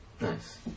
Nice